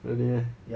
really meh